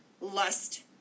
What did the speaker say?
lust